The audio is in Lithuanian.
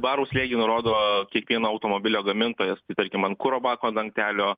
barų slėgį nurodo kiekvieno automobilio gamintojas tai tarkim ant kuro bako dangtelio